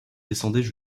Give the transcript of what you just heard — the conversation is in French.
descendaient